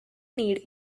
need